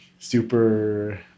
super